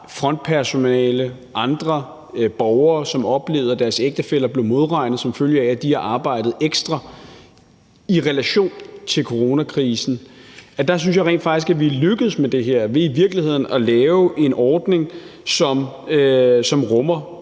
frontpersonale og andre borgere, som oplevede, at deres ægtefæller blev modregnet, som følge af at de har arbejdet ekstra i relation til coronakrisen – er lykkedes med det her ved i virkeligheden at lave en ordning, som rummer